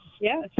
Yes